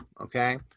okay